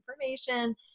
information